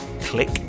click